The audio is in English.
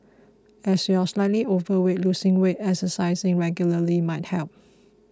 as you are slightly overweight losing weight and exercising regularly might help